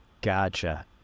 Gotcha